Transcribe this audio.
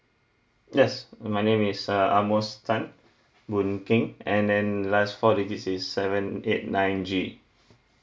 yes my name is uh amos tan boon keng and then last four digit is seven eight nine G